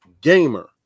gamer